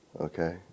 okay